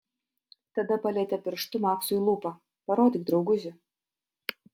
tada palietė pirštu maksui lūpą parodyk drauguži